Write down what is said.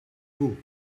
vous